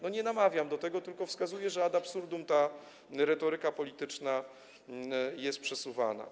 Nie namawiam do tego, tylko wskazuję, że ad absurdum ta retoryka polityczna jest przesuwana.